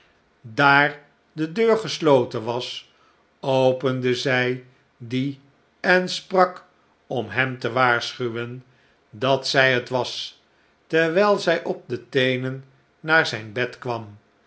daar de deur gesloten was opende zij die en sprak om hem te waarschuwen dat zij het was terwijl zij op de teenen naar zijn bed kwam